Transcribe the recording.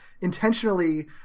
intentionally